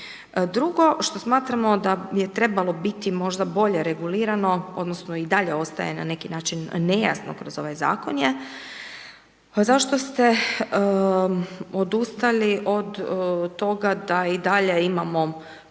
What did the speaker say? Drugo što smatramo da je trebalo biti možda bolje regulirano, odnosno, i dalje ostaje na neki način nejasno kroz ovaj zakon, je zašto ste odustali od toga da i dalje imamo